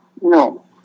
No